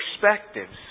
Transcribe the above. perspectives